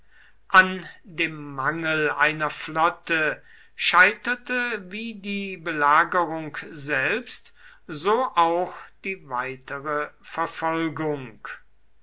an dem mangel einer flotte scheiterte wie die belagerung selbst so auch die weitere verfolgung